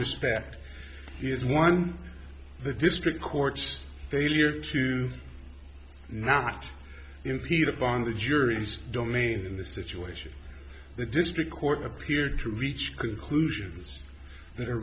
respect he has won the district court's failure to not impede upon the jury's domain in this situation the district court appeared to reach conclusions that are